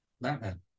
batman